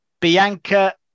Bianca